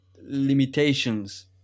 limitations